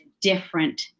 different